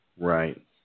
right